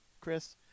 Chris